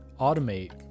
automate